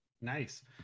nice